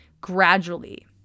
gradually